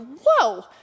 whoa